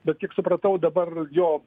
bet kiek supratau dabar jo